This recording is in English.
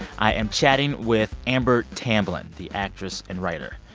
i am chatting with amber tamblyn, the actress and writer.